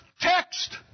text